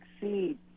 succeed